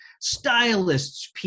stylists